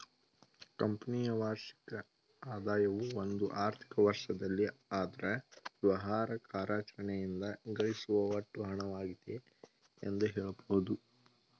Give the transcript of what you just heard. ಕಂಪನಿಯ ವಾರ್ಷಿಕ ಆದಾಯವು ಒಂದು ಆರ್ಥಿಕ ವರ್ಷದಲ್ಲಿ ಅದ್ರ ವ್ಯವಹಾರ ಕಾರ್ಯಾಚರಣೆಯಿಂದ ಗಳಿಸುವ ಒಟ್ಟು ಹಣವಾಗಿದೆ ಎಂದು ಹೇಳಬಹುದು